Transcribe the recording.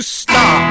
stop